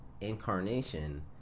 incarnation